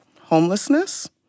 homelessness